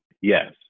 Yes